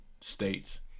states